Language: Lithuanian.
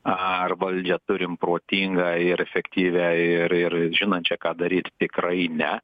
ar valdžią turim protingą ir efektyvią ir ir žinančią ką daryt tikrai ne